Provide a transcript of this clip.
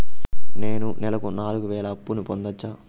నేను నెలకు నాలుగు వేలు అప్పును పొందొచ్చా?